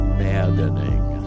maddening